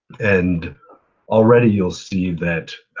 and already you'll see, that